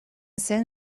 zen